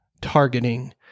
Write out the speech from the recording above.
targeting